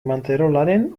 manterolaren